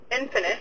infinite